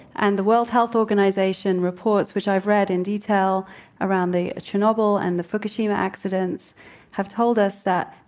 and the world health organization reports which i've read in detail around the chernobyl and the fukushima accidents have told us that,